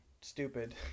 stupid